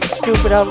stupid